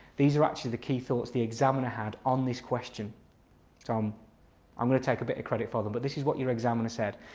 these are actually the key thoughts the examiner had on this question so um i'm going to take a bit of credit for them but this is what your examiner said.